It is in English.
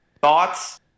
Thoughts